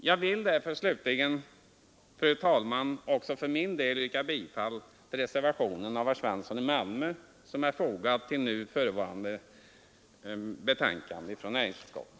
Jag vill slutligen, fru talman, också för min del yrka bifall till reservationen av herr Svensson i Malmö, som är fogad till nu förevarande betänkande från näringsutskottet.